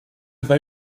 vai